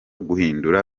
guhindura